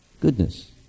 Goodness